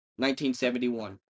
1971